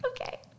Okay